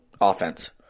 offense